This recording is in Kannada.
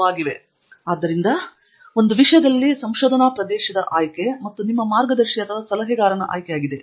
ಸ್ಲೈಡ್ ಟೈಮ್ ಅನ್ನು ನೋಡಿ 1120 ಆದ್ದರಿಂದ ಆ ವಿಷಯಗಳಲ್ಲಿ ಒಂದು ಸಂಶೋಧನಾ ಪ್ರದೇಶದ ಆಯ್ಕೆ ಮತ್ತು ನಿಮ್ಮ ಮಾರ್ಗದರ್ಶಿ ಅಥವಾ ಸಲಹೆಗಾರನ ಆಯ್ಕೆಯಾಗಿದೆ